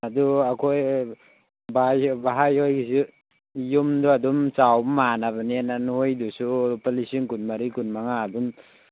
ꯑꯗꯨ ꯑꯩꯈꯣꯏ ꯚꯥꯏ ꯚꯥꯏ ꯍꯣꯏꯒꯤꯁꯨ ꯌꯨꯝꯗꯣ ꯑꯗꯨꯝ ꯆꯥꯎꯕ ꯃꯥꯟꯅꯕꯅꯤꯅ ꯅꯣꯈꯣꯏꯒꯤꯗꯨꯁꯨ ꯂꯨꯄꯥ ꯂꯤꯁꯤꯡ ꯀꯨꯟꯃꯔꯤ ꯀꯨꯟꯃꯉꯥ ꯑꯗꯨꯝ